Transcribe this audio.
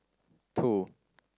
two